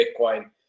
Bitcoin